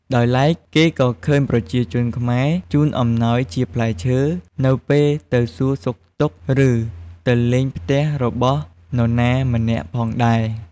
ដោយឡែក គេក៏ឃើញប្រជាជនខ្មែរជូនអំណោយជាផ្លែឈើ នៅពេលទៅសួរសុខទុក្ខ ឬទៅលេងផ្ទះរបស់នរណាម្នាក់ផងដែរ។